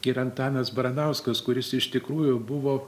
ir antanas baranauskas kuris iš tikrųjų buvo